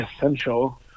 essential